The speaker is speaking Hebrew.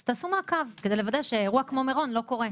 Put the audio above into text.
אז תעשו מעקב כדי לוודא שאירוע כמו מירון לא קורה.